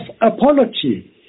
apology